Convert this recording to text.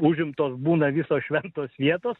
užimtos būna visos šventos vietos